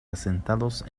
asentados